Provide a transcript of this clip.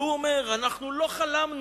והוא אומר: אנחנו לא חלמנו,